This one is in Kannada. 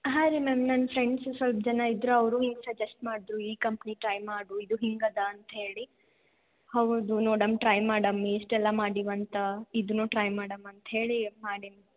ಹಾಂ ರೀ ಮ್ಯಾಮ್ ನನ್ನ ಫ್ರೆಂಡ್ಸು ಸ್ವಲ್ಪ ಜನ ಇದ್ರು ಅವರೂ ಹಿಂಗೆ ಸಜೆಸ್ಟ್ ಮಾಡಿದ್ರು ಈ ಕಂಪ್ನಿ ಟ್ರೈ ಮಾಡು ಇದು ಹಿಂಗಿದೆ ಅಂತ ಹೇಳಿ ಹೌದು ನೋಡಮ್ಮ ಟ್ರೈ ಮಾಡಮ್ಮಿ ಇಷ್ಟೆಲ್ಲ ಮಾಡೀವಂತ ಇದನ್ನು ಟ್ರೈ ಮಾಡಮ್ಮ ಅಂತ ಹೇಳಿ ಮಾಡಿದ್ದು